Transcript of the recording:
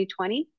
2020